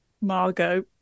margot